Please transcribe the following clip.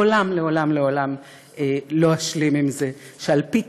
לעולם לעולם לעולם לא אשלים עם זה שעל פי